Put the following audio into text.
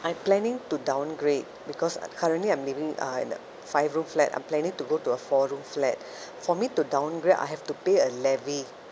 I'm planning to downgrade because currently I'm leaving uh in a five room flat I'm planning to go to a four room flat for me to downgrade I have to pay a levy